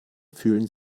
fühlen